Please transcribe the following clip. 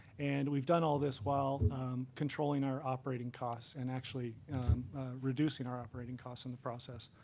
and we've done all this while controlling our operating costs and actually reducing our operating costs in the process.